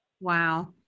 wow